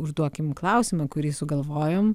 užduokim klausimą kurį sugalvojom